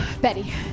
Betty